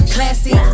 Classy